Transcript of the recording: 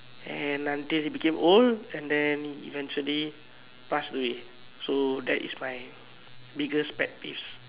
and until it became old and then eventually passed away so that is my biggest pet peeves